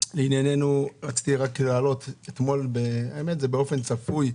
לענייננו, רציתי להעלות, אתמול, באופן צפוי,